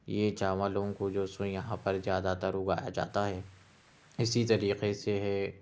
یہ چاولوں کو جو سوں یہاں پر زیادہ تر اگایا جاتا ہے اسی طریقے سے ہے